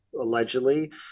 allegedly